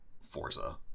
Forza